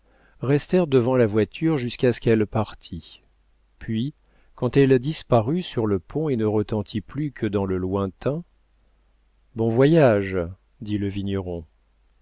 restèrent devant la voiture jusqu'à ce qu'elle partît puis quand elle disparut sur le pont et ne retentit plus que dans le lointain bon voyage dit